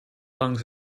lang